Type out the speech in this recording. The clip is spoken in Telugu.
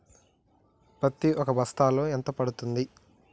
పత్తి ఒక బస్తాలో ఎంత పడ్తుంది?